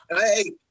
Hey